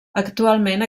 actualment